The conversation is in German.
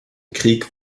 krieg